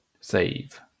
save